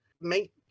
Make